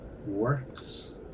works